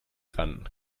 ran